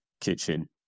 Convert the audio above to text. kitchen